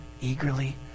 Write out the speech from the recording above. eagerly